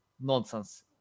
nonsense